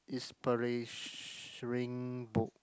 book